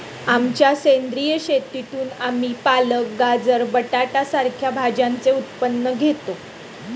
आमच्या सेंद्रिय शेतीतून आम्ही पालक, गाजर, बटाटा सारख्या भाज्यांचे उत्पन्न घेतो